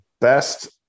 best